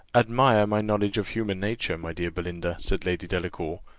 admire my knowledge of human nature, my dear belinda, said lady delacour.